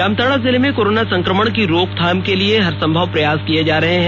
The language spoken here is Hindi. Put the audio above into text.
जामताड़ा जिले में कोरोना संक्रमण की रोकथाम के लिए हरसंभव प्रयास किए जा रहे हैं